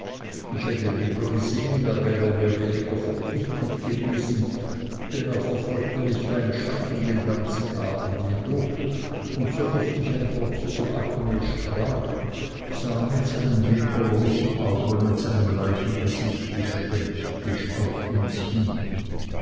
ich hätte lieber gesehen er wäre mir weniger verpflichtet gewesen denn er verfolgte mich wie ein schatten den ganzen abend hindurch und so oft ich ein wort zu agnes sprach sah er mit seinen wimperlosen augen und seinem leichengesicht gespenstisch auf uns hin